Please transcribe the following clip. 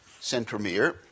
centromere